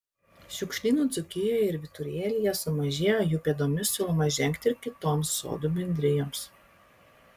šiukšlynų dzūkijoje ir vyturėlyje sumažėjo jų pėdomis siūloma žengti ir kitoms sodų bendrijoms